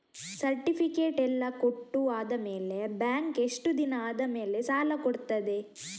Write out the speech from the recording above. Certificate ಎಲ್ಲಾ ಕೊಟ್ಟು ಆದಮೇಲೆ ಬ್ಯಾಂಕ್ ಎಷ್ಟು ದಿನ ಆದಮೇಲೆ ಸಾಲ ಕೊಡ್ತದೆ?